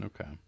Okay